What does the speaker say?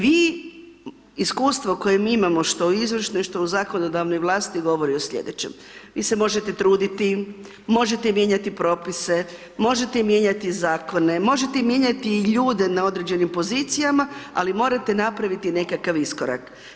Vi, iskustvo koje mi imamo, što u izvršnoj, što u zakonodavnoj vlasti, govori o slijedećem, vi se možete truditi, možete mijenjati Propise, možete mijenjati i Zakone, možete mijenjati i ljude na određenim pozicijama, ali morate napraviti nekakav iskorak.